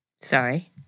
Sorry